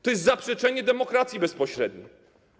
To jest zaprzeczenie demokracji bezpośredniej.